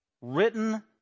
written